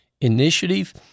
Initiative